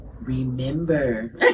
Remember